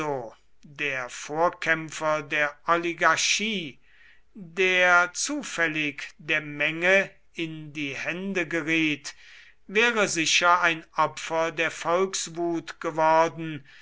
der vorkämpfer der oligarchie der zufällig der menge in die hände geriet wäre sicher ein opfer der volkswut geworden